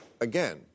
again